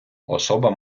особа